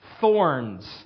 Thorns